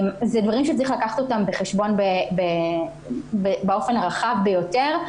אלה דברים שצריך לקחת בחשבון באופן הרחב ביותר.